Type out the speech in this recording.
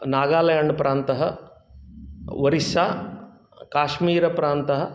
नागाल्याण्ड् प्रान्तः ओरिस्सा काश्मीरप्रान्तः